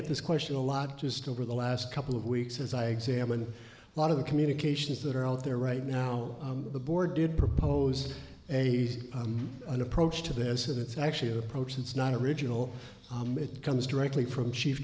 at this question a lot just over the last couple of weeks as i examine a lot of the communications that are out there right now the board did propose a an approach to this it's actually approached it's not original it comes directly from chief